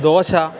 dosa